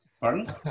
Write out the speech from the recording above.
Pardon